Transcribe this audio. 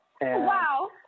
Wow